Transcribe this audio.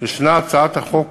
יש הצעת החוק